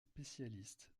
spécialiste